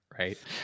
Right